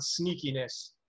sneakiness